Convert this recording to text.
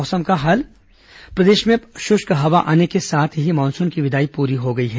मौसम प्रदेश में अब शुष्क हवा आने के साथ ही मानसून की विदाई पूरी हो चुकी है